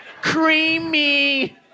Creamy